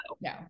no